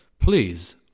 Please